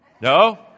No